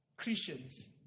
Christians